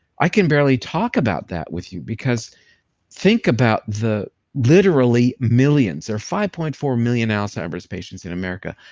i can barely talk about that with you because think about the literally millions, there are five point four million alzheimer's patients in america,